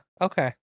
Okay